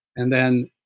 and then